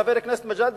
חבר הכנסת מג'אדלה,